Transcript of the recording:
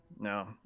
No